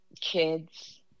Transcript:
kids